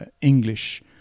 English